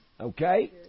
Okay